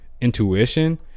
intuition